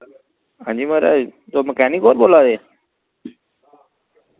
हां जी माराज तुस मकैनिक होर बोल्ला दे